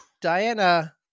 Diana